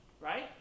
right